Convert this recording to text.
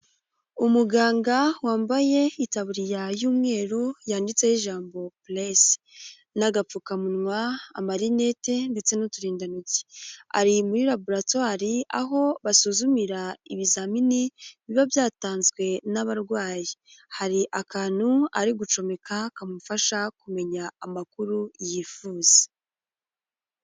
Umuganga wambaye itaburiya y'umweru, yanditseho ijambo purayise, n'agapfukamunwa amarinete ndetse n'uturindantoki, ari muri raboratwri, aho basuzumira ibizamini biba byatanzwe n'abarwayi, hari akantu ari gucomeka kamufasha kumenya amakuru yifuza.